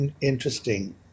interesting